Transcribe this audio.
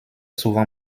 souvent